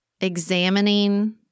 examining